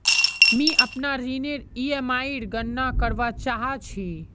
मि अपनार ऋणनेर ईएमआईर गणना करवा चहा छी